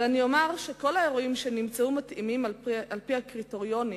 אבל אומר שכל האירועים שנמצאו מתאימים על-פי הקריטריונים